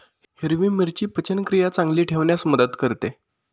हिरवी मिरची पचनक्रिया चांगली ठेवण्यास मदत करते